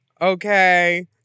Okay